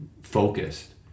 focused